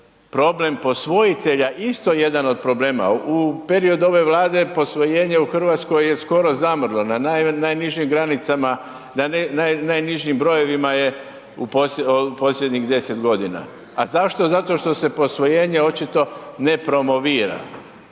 problem posvojitelja isto jedan od problema. U periodu ove Vlade posvojenje u RH je skoro zamrlo, na najnižim granicama, na najnižim brojevima je u posljednjih 10.g.. A zašto? Zato što se posvojenje očito ne promovira.